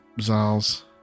Zal's